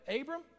Abram